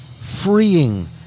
freeing